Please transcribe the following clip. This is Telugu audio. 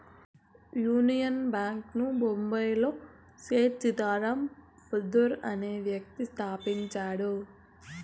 యూనియన్ బ్యాంక్ ను బొంబాయిలో సేథ్ సీతారాం పోద్దార్ అనే వ్యక్తి స్థాపించాడు